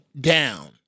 down